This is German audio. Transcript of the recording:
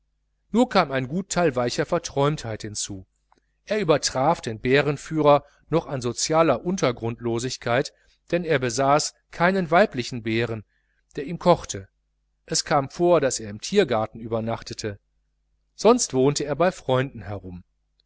nur kam ein gut teil weicher verträumtheit hinzu er übertraf den bärenführer noch an sozialer untergrundslosigkeit denn er besaß keinen weiblichen bären der ihm kochte es kam vor daß er im tiergarten übernachtete sonst wohnte er bei freunden herum